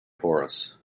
porous